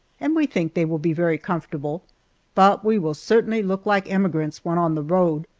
and we think they will be very comfortable but we will certainly look like emigrants when on the road.